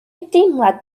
deimlad